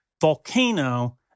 volcano